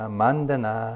mandana